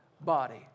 body